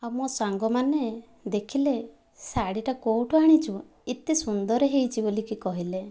ଆଉ ମୋ ସାଙ୍ଗମାନେ ଦେଖିଲେ ଶାଢ଼ୀଟା କେଉଁଠୁ ଆଣିଛୁ ଏତେ ସୁନ୍ଦର ହୋଇଛି ବୋଲିକି କହିଲେ